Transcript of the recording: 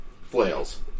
flails